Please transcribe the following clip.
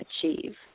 achieve